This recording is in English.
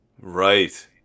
Right